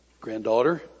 granddaughter